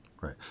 Right